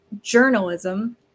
journalism